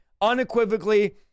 unequivocally